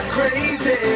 Crazy